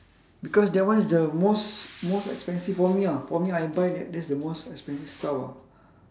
because that one is the most most expensive for me ah for me I buy that that's the most expensive stuff ah